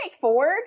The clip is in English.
Ford